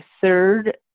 third